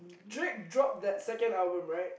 Drake dropped that second album right